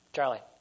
Charlie